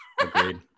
Agreed